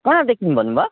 कहाँदेखि भन्नु भयो